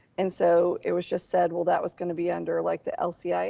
and so it was just said, well, that was gonna be under like the lcif.